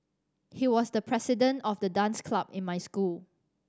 he was the president of the dance club in my school